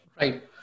Right